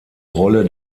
rolle